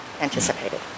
anticipated